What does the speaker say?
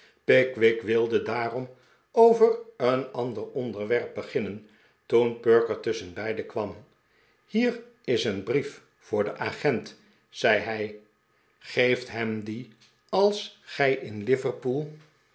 pickwick wilde daarom over een ander onderwerp beginnen toen perker tusschenbeide kwam hier is een brief voor den agent zei hij geeft hem dien als gij in liverpool